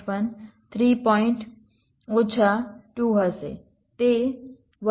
1 3 point ઓછા 2 હશે તે 1